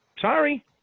Sorry